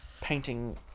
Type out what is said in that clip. painting